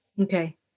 Okay